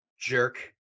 jerk